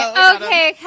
okay